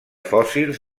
fòssils